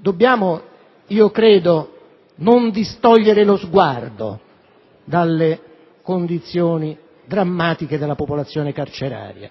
dobbiamo distogliere lo sguardo dalle condizioni drammatiche della popolazione carceraria,